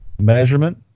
Measurement